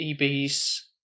EB's